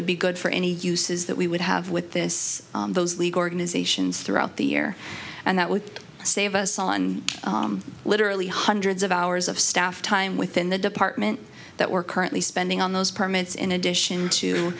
would be good for any uses that we would have with this those league organizations throughout the year and that would save us on literally hundreds of hours of staff time within the department that we're currently spending on those permits in addition to